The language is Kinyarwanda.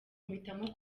mpitamo